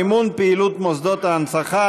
מימון פעילות מוסדות ההנצחה),